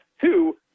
two